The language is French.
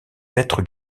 être